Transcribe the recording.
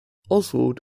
oswald